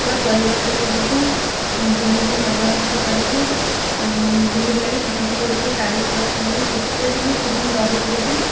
ପୁରା ପରିବାର ସହିତ ଯିବୁ ବୁଲିବୁ ମଜା ମସ୍ତି କରିବୁ ବୁଲିବୁଲା କି ଫଟୋ ଫଟ ଉଠେଇ କାଳିଆ ଦର୍ଶନ କରିବୁ ଗୋଟେ ଦିନ ଦୁଇ ଦିନ ରହିବୁ ସେଠି